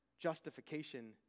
justification